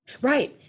Right